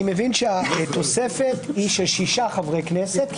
אני מבין שהתוספת היא של 6 חברי כנסת.